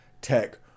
Tech